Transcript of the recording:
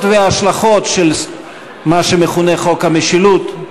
ובהשלכות של מה שמכונה "חוק המשילות",